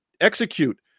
execute